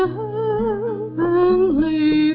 heavenly